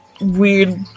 weird